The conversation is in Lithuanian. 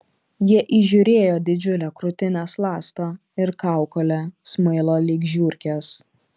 jie įžiūrėjo didžiulę krūtinės ląstą ir kaukolę smailą lyg žiurkės